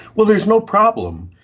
well, there's no problem.